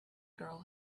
girl